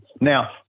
Now